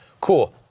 cool